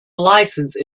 license